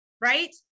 right